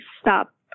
stop